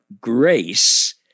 grace